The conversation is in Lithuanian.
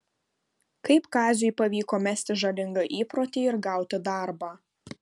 kaip kaziui pavyko mesti žalingą įprotį ir gauti darbą